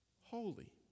holy